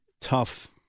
tough